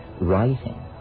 writing